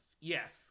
Yes